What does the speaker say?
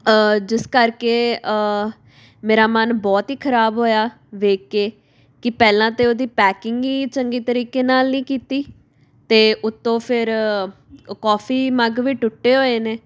ਜਿਸ ਕਰਕੇ ਮੇਰਾ ਮਨ ਬਹੁਤ ਹੀ ਖਰਾਬ ਹੋਇਆ ਦੇਖ ਕੇ ਕਿ ਪਹਿਲਾਂ ਤਾਂ ਉਹਦੀ ਪੈਕਿੰਗ ਹੀ ਚੰਗੀ ਤਰੀਕੇ ਨਾਲ ਨਹੀਂ ਕੀਤੀ ਅਤੇ ਉੱਤੋਂ ਫਿਰ ਕੌਫੀ ਮੱਗ ਵੀ ਟੁੱਟੇ ਹੋਏ ਨੇ